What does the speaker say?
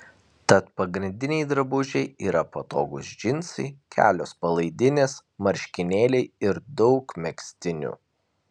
tad pagrindiniai drabužiai yra patogūs džinsai kelios palaidinės marškinėliai ir daug megztinių